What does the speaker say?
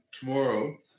tomorrow